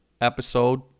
episode